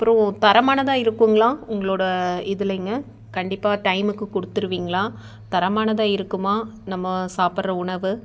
அப்புறம் தரமானதாக இருக்குங்களா உங்களோட இதிலைங்க கண்டிப்பாக டைமுக்கு கொடுத்துருவிங்களா தரமானதாக இருக்குமா நம்ம சாப்பிட்ற உணவு